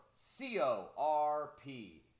C-O-R-P